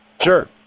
Sure